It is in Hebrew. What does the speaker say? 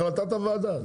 החלטת הוועדה,